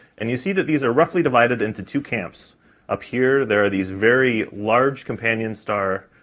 and you see that these are roughly divided into two camps up here, there are these very large companion star